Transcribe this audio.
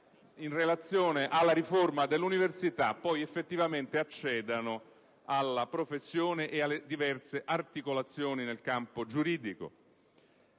in relazione alla riforma dell'università, effettivamente possano accedere alla professione ed alle diverse articolazioni nel campo giuridico